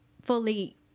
fully